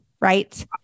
right